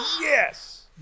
yes